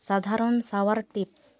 ᱥᱟᱫᱷᱟᱨᱚᱱ ᱥᱟᱶᱟᱨ ᱴᱤᱯᱥ